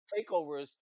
takeovers